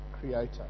Creator